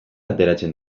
ateratzen